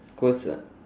conse~